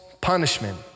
punishment